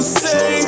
say